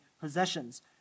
possessions